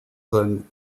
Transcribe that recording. seinen